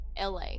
la